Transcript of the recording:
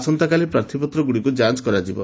ଆସନ୍ତାକାଲି ପ୍ରାର୍ଥୀପତ୍ରଗୁଡ଼ିକୁ ଯାଞ୍ଚ କରାଯିବ